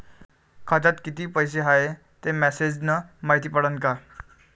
खात्यात किती पैसा हाय ते मेसेज न मायती पडन का?